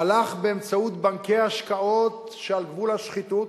הלך באמצעות בנקי השקעות שעל גבול השחיתות,